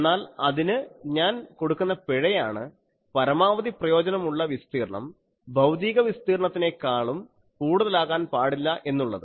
എന്നാൽ അതിനു ഞാൻ കൊടുക്കുന്ന പിഴയാണ് പരമാവധി പ്രയോജനം ഉള്ള വിസ്തീർണ്ണം ഭൌതിക വിസ്തീർണ്ണത്തിനെക്കാളും കൂടുതലാകാൻ പാടില്ല എന്നുള്ളത്